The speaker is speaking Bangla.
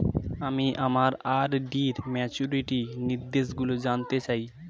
আমি আমার আর.ডি র ম্যাচুরিটি নির্দেশগুলি জানতে চাই